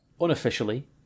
unofficially